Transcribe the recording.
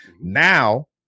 Now